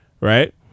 Right